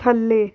ਥੱਲੇ